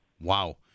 Wow